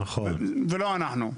ולא אנחנו,